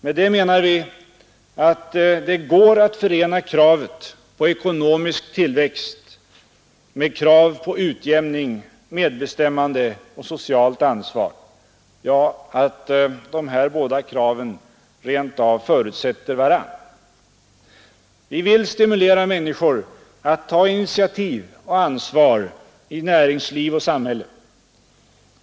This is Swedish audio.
Med det menar vi att det går att förena kravet på ekonomisk tillväxt med krav på utjämning, medbestämmande och socialt ansvar — ja, att dessa båda krav rent av förutsätter varandra. Vi vill stimulera människor att ta initiativ och ansvar i näringsliv och samhälle.